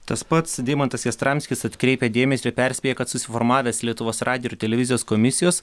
tas pats deimantas jastramskis atkreipia dėmesį ir perspėja kad susiformavęs lietuvos radijo ir televizijos komisijos